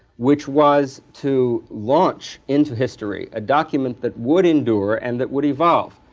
which was to launch into history a document that would endure and that would evolve.